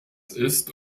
ist